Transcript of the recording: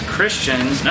Christians